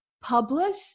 publish